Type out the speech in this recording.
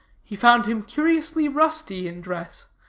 he found him curiously rusty in dress,